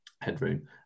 headroom